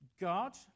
God